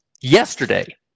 Yesterday